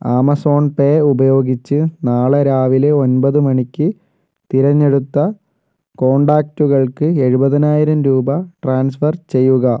Amazon pay ഉപയോഗിച്ച് നാളെ രാവിലെ ഒൻപത് മണിക്ക് തിരഞ്ഞെടുത്ത കോൺടാക്റ്റുകൾക്ക് എഴുപതിനായിരം രൂപ ട്രാൻസ്ഫർ ചെയ്യുക